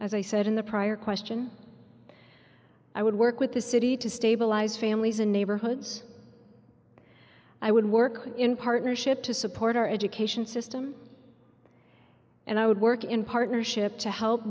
said in the prior question i would work with the city to stabilize families and neighborhoods i would work in partnership to support our education system and i would work in partnership to help